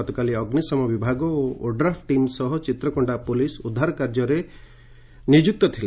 ଗତକାଲି ଅଗ୍ନିଶ୍ରମ ବିଭାଗ ଓ ଓଡ୍ରାଫ୍ ଟିମ ସହ ଚିତ୍ରକୋଣ୍ଡା ପୁଲିସ ଉଦ୍ଧାର କା ଯ୍ୟରେ ଲାଗିଥିଲେ